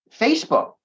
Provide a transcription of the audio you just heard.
Facebook